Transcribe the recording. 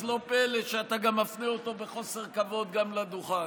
אז לא פלא שאתה מפנה אותו בחוסר כבוד גם לדוכן.